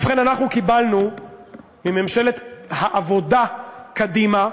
ובכן, אנחנו קיבלנו מממשלת העבודה קדימה,